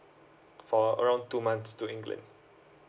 for around two months to england